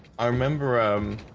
i remember um